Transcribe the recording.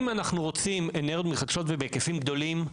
אם אנחנו רוצים אנרגיות מתחדשות ובהיקפים גדולים,